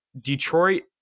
Detroit